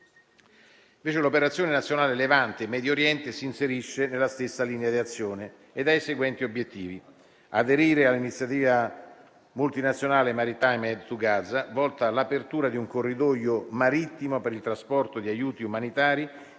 l'ARCI. L'operazione nazionale Levante in Medio Oriente si inserisce nella stessa linea di azione e ha fra i suoi obiettivi quello di aderire all'iniziativa multinazionale *Maritime Aid to Gaza*, volta all'apertura di un corridoio marittimo per il trasporto di aiuti umanitari